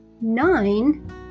nine